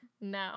No